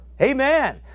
Amen